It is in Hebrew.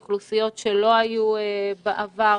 אוכלוסיות שלא היו בעבר